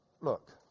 Look